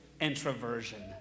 introversion